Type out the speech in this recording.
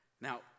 Now